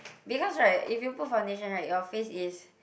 because right if you put foundation right your face is